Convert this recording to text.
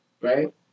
right